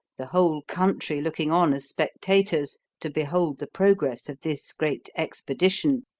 the whole country looking on as spectators to behold the progress of this great expedition,